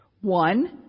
One